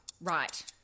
Right